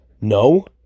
no